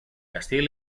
castilla